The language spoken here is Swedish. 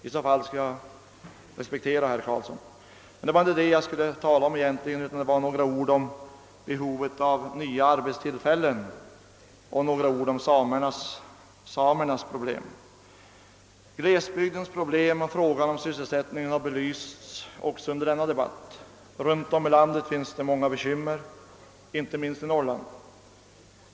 I så fall skall jag respektera herr Karlsson. Men det var egentligen inte detta jag egentligen hade tänkt ta upp, utan jag vill tala om behovet av att det skapas nya arbetstillfällen och säga några ord om samernas problem. Glesbygdens problem och frågan om sysselsättningen har belysts också under denna debatt. Runt om i landet finns bekymmer, inte minst i Norrland.